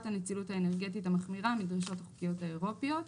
הנצילות האנרגטית המחמירה מדרישות החוקיות האירופיות.